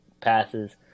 passes